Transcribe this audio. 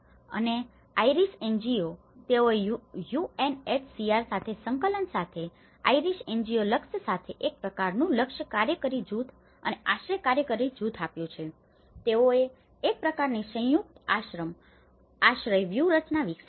અને Irish NGO તેઓએ UNHCR સાથે સંકલન સાથે આઇરિશ એનજીઓ લક્ષ્ય સાથે એક પ્રકારનું લક્ષ્ય કાર્યકારી જૂથ અને આશ્રય કાર્યકારી જૂથ આપ્યું છે તેઓએ એક પ્રકારની સંયુક્ત આશ્રય વ્યૂહરચના વિકસાવી છે